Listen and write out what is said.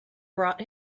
brought